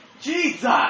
Jesus